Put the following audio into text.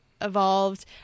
evolved